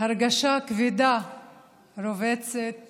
הרגשה כבדה רובצת